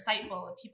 people